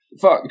fuck